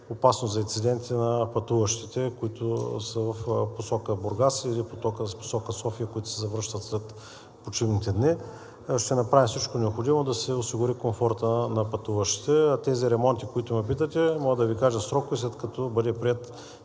опасност за инциденти на пътуващите, които са в посока Бургас или в посока София, които се завръщат след почивните дни, ще направим всичко необходимо да се осигури комфортът на пътуващите. За тези ремонти, за които ме питате, мога да Ви кажа срок, след като бъде приет